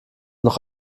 noch